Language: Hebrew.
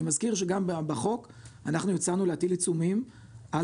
אני מזכיר שגם בחוק אנחנו הצענו להטיל עיצומים על